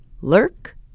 lurk